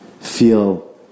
feel